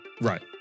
Right